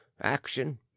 action